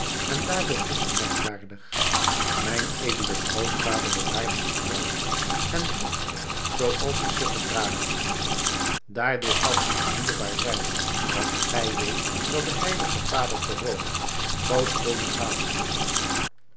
en daardoor is ze merkwaardig mijn edele grootvader bewaarde ze trouw en droeg ze zooals ik ze gedragen heb daardoor kan ze u dierbaar zijn want gij weet dat de heilige vader te rome